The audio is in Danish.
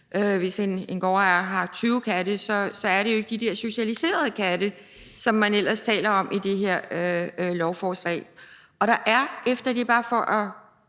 hvis en gårdejer har 20 katte, er det jo ikke de der socialiserede katte, som man ellers taler om i det her lovforslag. Og det er bare for at